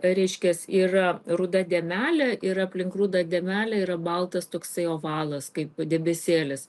reiškias yra ruda dėmelė ir aplink rudę dėmelę yra baltas toksai ovalas kaip debesėlis